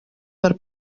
per